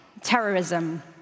Terrorism